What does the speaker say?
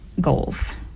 goals